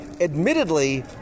admittedly